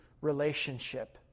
relationship